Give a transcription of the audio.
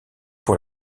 pour